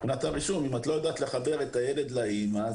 אם את לא יודעת לחבר את הילד לאימא,